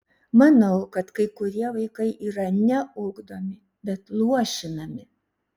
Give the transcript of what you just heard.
manau kad kai kurie vaikai yra ne ugdomi bet luošinami